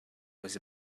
was